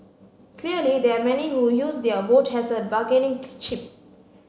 clearly there are many who use their vote has a bargaining chip